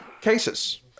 cases